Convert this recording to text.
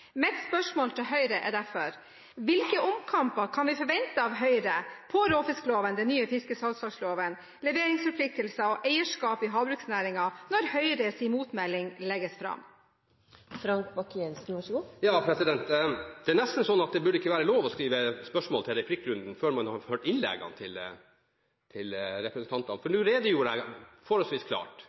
Mitt spørsmål til Høyre er derfor: Hvilke omkamper kan vi forvente når det gjelder råfiskloven, den nye fiskesalgslagsloven, leveringsforpliktelser og eierskap i havbruksnæringen når Høyres motmelding legges fram? Det er nesten sånn at det ikke burde være lov å skrive spørsmål til replikkrunden før man har hørt innlegget til taleren. Nå redegjorde jeg forholdsvis klart